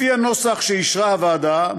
לפי הנוסח שאישרה הוועדה,